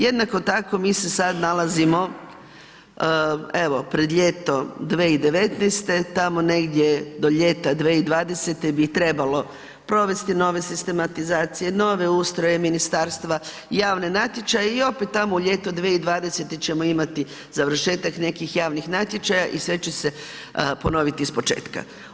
Jednako tako mi se sad nalazimo evo pred ljeto 2019., tamo negdje do ljeta 2020. bi trebalo provesti nove sistematizacije, nove ustroje ministarstva, javne natječaje i opet tamo u ljeto 2020. ćemo imati završetak nekih javnih natječaja i sve će se ponoviti ispočetka.